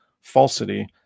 falsity